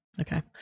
Okay